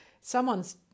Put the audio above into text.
someone's